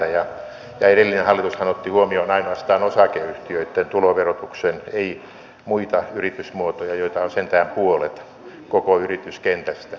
edellinen hallitushan otti huomioon ainoastaan osakeyhtiöitten tuloverotuksen ei muita yritysmuotoja joita on sentään puolet koko yrityskentästä